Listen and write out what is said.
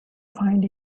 find